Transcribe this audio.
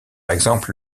exemple